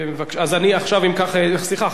חבר הכנסת אזולאי, בבקשה,